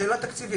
זאת שאלה תקציבית.